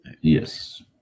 Yes